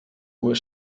uhr